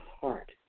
heart